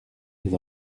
mes